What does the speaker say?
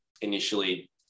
initially